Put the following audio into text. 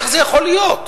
איך זה יכול להיות?